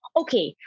okay